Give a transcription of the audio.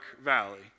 valley